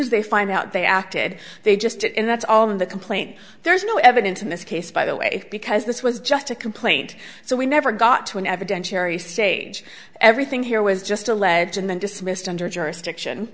as they find out they acted they just did and that's all in the complaint there is no evidence in this case by the way because this was just a complaint so we never got to an evidentiary stage everything here was just a legend then dismissed under jurisdiction